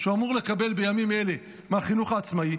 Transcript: שהוא אמור לקבל בימים אלה מהחינוך העצמאי,